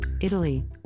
Italy